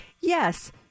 yes